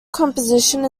composition